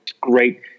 great